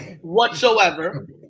whatsoever